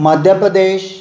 Madhya Pradesh